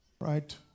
Right